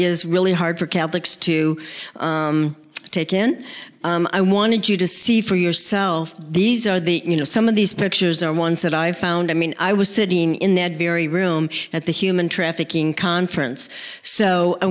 is really hard for catholics to take in i wanted you to see for yourself these are the you know some of these pictures are ones that i found i mean i was sitting in that very room at the human trafficking conference so i